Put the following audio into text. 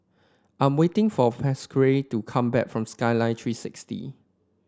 I'm waiting for Pasquale to come back from Skyline Three sixty